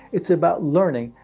it's about learning,